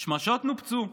שמשות נופצו.